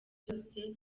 byose